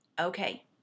Okay